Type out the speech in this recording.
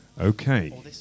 Okay